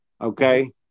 okay